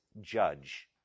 judge